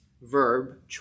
verb